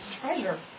treasure